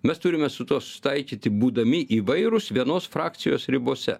mes turime su tuo susitaikyti būdami įvairūs vienos frakcijos ribose